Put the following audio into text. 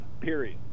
period